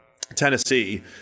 Tennessee